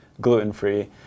gluten-free